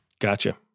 Gotcha